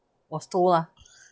was told lah